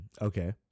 Okay